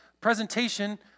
presentation